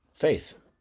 faith